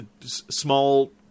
small